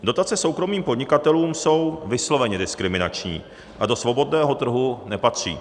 Dotace soukromým podnikatelům jsou vysloveně diskriminační a do svobodného trhu nepatří.